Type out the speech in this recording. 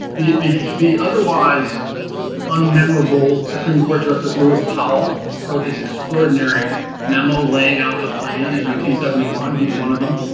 the the the otherwise unmemorable supreme court justice lewis powell wrote this extraordinary memo laying out the plan in nineteen seventy one. he's one of them,